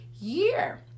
year